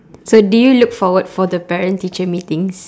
so do you look forward for the parent teacher meetings